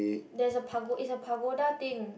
there is a it's a pagoda thing